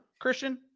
Christian